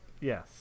Yes